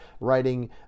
writing